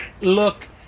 Look